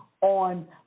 on